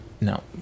No